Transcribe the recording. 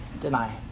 deny